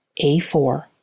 A4